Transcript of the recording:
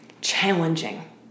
challenging